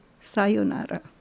Sayonara